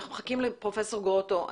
אנחנו מחכים לפרופסור גרוטו.